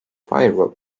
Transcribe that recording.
firewall